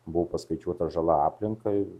buvo paskaičiuota žala aplinkai